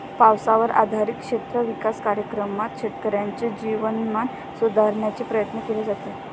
पावसावर आधारित क्षेत्र विकास कार्यक्रमात शेतकऱ्यांचे जीवनमान सुधारण्याचे प्रयत्न केले जातात